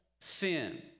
sin